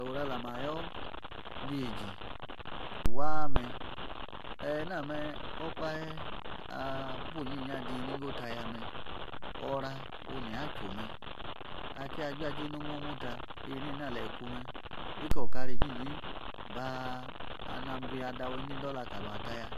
oru alamayo nyigi waa mee; Ayiname okpahe. apunyin yin adii nigo tayame ora nia jume'akia juaje nomomuta. enena aleyi kume likrwo okara inyiny'nabuwi adawa nedi ndola kalwa taiya